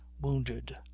wounded